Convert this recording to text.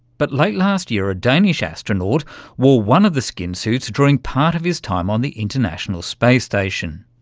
but late last year a danish astronaut wore one of the skin suits during part of his time on the international space station.